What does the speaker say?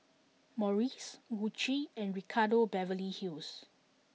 Morries Gucci and Ricardo Beverly Hills